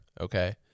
okay